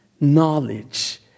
knowledge